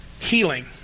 healing